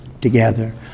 together